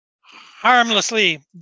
harmlessly